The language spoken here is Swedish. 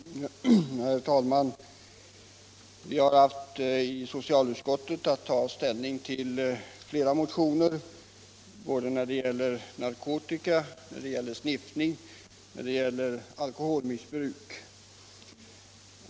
Herr talman! Vi har i socialutskottet haft att ta ställning till flera motioner både beträffande narkotikamissbruk och sniffning och beträffande alkoholmissbruk.